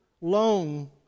loan